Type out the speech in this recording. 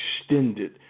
extended